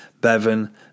Bevan